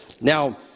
Now